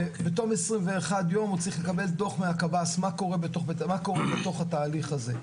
ובתום 21 יום הוא צריך לקבל דו"ח מהקב"ס מה קורה בתוך התהליך הזה.